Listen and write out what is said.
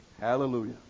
Hallelujah